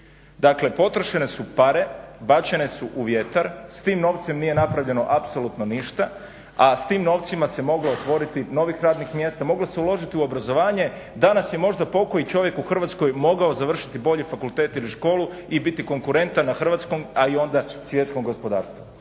Dakle potrošene su pare, bačene su u vjetar, s tim novcem nije napravljeno apsolutno ništa, a s tim novcima se moglo otvoriti novih radnih mjesta, moglo se uložiti u obrazovanje, danas je možda pokoji čovjek u Hrvatskoj mogao završiti bolji fakultet ili školu i biti konkurentan na hrvatskom, a onda i na svjetskom gospodarstvu.